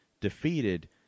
defeated